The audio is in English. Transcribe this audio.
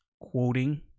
quoting